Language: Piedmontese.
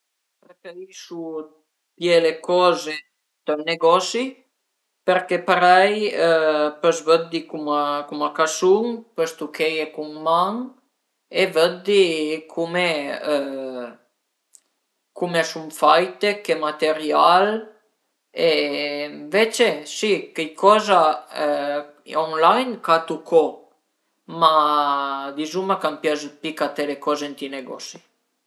Preferisu pìé le coze ënt ün negosi perché parei pös vëddi cum a sun, pös tucheie cun man e vëddi cume cume a sun faite, che material e ënvece si cheicoza online catu co, ma dizuma ch'a m'pias pi caté le coze ënt i negosi